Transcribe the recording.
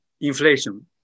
inflation